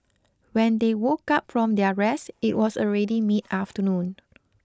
when they woke up from their rest it was already mid afternoon